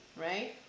right